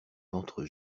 ventre